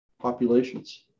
populations